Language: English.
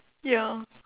ya